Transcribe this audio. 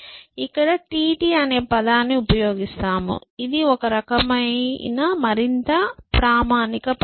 ఇక్కడ t t అనే పదాన్ని ఉపయోగిస్తాము ఇది ఒక రకమైన మరింత ప్రామాణిక పదం